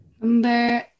Number